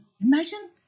Imagine